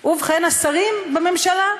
ובכן, השרים בממשלה,